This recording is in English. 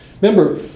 Remember